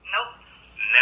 Nope